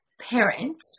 parent